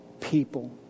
people